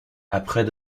après